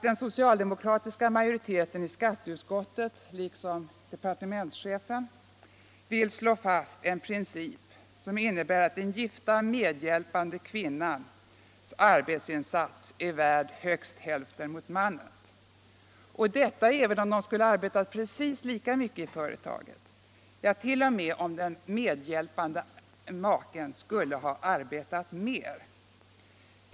Den socialdemokratiska majoriteten i skatteutskottet liksom departementschefen vill slå fast en princip som innebär att den gifta medhjälpande kvinnans arbetsinsats är värd högst hälften av mannens. Detta även om de skulle ha arbetat precis lika mycket i företaget. Ja, t.o.m. om den medhjälpande maken skulle ha arbetat mer.